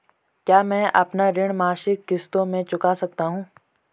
क्या मैं अपना ऋण मासिक किश्तों में चुका सकता हूँ?